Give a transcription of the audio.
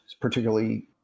particularly